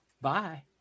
Bye